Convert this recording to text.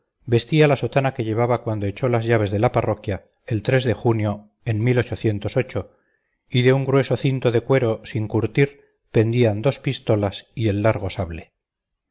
vestía la sotana que llevaba cuando echó las llaves de la parroquia el de junio en y de un grueso cinto de cuero sin curtir pendían dos pistolas y el largo sable